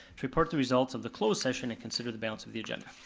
to report the results of the closed session and consider the balance of the agenda.